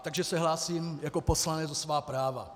Takže se hlásím jako poslanec o svá práva.